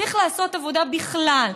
צריך לעשות עבודה בכלל,